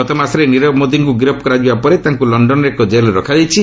ଗତମାସରେ ନିରବ ମୋଦିଙ୍କୁ ଗିରଫ କରାଯିବା ପରେ ତାଙ୍କୁ ଲଣ୍ଡନ୍ର ଏକ କେଲ୍ରେ ରଖାଯାଇଛି